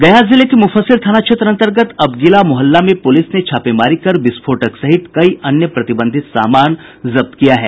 गया जिले के मूफस्सिल थाना क्षेत्र अन्तर्गत अबगीला मोहल्ला में पूलिस ने छापेमारी कर विस्फोटक सहित कई अन्य प्रतिबंधित सामान जब्त किया है